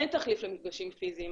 אין תחליף למפגשים פיזיים,